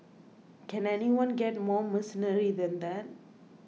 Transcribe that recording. can anyone get more mercenary than that